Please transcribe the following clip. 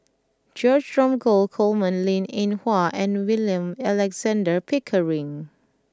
George Dromgold Coleman Linn In Hua and William Alexander Pickering